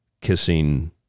kissing